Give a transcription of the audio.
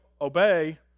obey